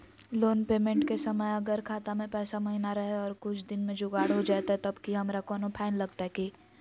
Loan payment के समय अगर खाता में पैसा महिना रहै और कुछ दिन में जुगाड़ हो जयतय तब की हमारा कोनो फाइन लगतय की?